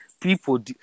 People